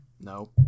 No